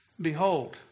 behold